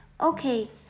Okay